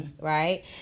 Right